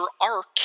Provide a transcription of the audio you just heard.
arc